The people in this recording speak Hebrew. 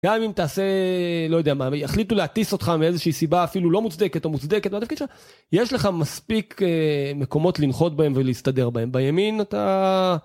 גם אם תעשה, לא יודע מה, יחליטו להטיס אותך מאיזושהי סיבה אפילו לא מוצדקת או מוצדקת, יש לך מספיק מקומות לנחות בהם ולהסתדר בהם. בימין אתה...